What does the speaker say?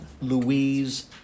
Louise